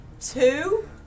two